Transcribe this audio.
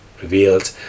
revealed